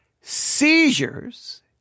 seizures